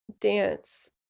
dance